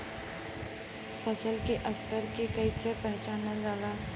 फसल के स्तर के कइसी पहचानल जाला